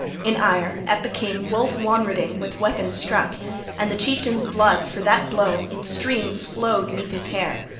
in ire, at the king wulf wonreding with weapon struck and the chieftain's blood, for that blow, in streams flowed neath his hair.